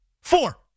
Four